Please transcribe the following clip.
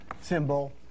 symbol